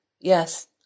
Yes